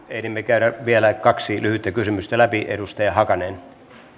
ehdimme käydä vielä kaksi lyhyttä kysymystä läpi seuraava kysymys edustaja hakanen arvoisa herra